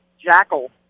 Jackal